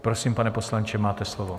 Prosím, pane poslanče, máte slovo.